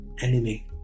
enemy